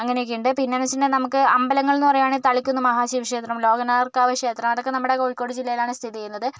അങ്ങനെയൊക്കെ ഉണ്ട് പിന്നെ എന്ന് വെച്ചിട്ടുണ്ടെങ്കിൽ നമുക്ക് അമ്പലങ്ങൾ എന്ന് പറയുവാണെൽ തളിക്കുന്ന് മഹാ ശിവ ക്ഷേത്രം ലോകനാർക്കാവ് ക്ഷേത്രം അതൊക്കെ നമ്മുടെ കോഴിക്കോട് ജില്ലയിലാണ് സ്ഥിതി ചെയ്യുന്നത്